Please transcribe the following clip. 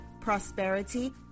prosperity